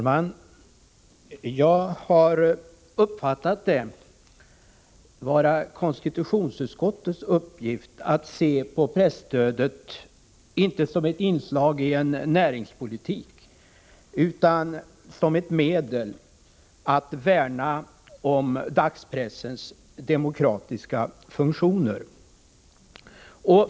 Herr talman! Jag har uppfattat det vara konstitutionsutskottets uppgift att se på presstödet inte som ett inslag i en näringspolitik utan som ett medel att värna om dagspressens demokratiska funktioner.